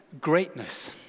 greatness